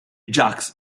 jacques